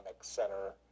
center